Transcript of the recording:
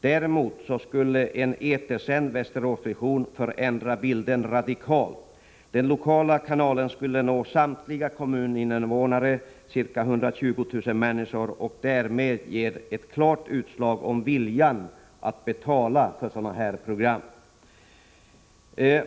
Däremot skulle en etersänd Västerås Vision förändra bilden radikalt. Den lokala kanalen skulle nå samtliga kommuninvånare, ca 120 000 människor, och därmed ge ett klart besked om viljan att betala för sådana program.